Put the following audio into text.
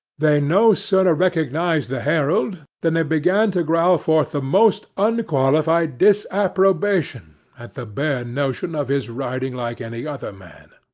they no sooner recognized the herald, than they began to growl forth the most unqualified disapprobation at the bare notion of his riding like any other man.